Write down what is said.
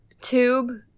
tube